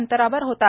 अंतरावर होता